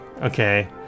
okay